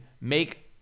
make